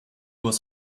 was